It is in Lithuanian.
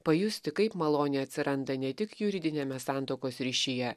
pajusti kaip malonė atsiranda ne tik juridiniame santuokos ryšyje